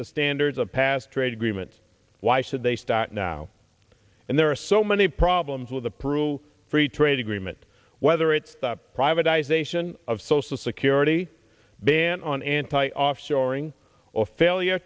the standards of past trade agreements why should they start now and there are so many problems with the peru free trade agreement whether it's the privatization of social security ban on anti offshoring or failure